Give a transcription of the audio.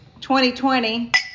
2020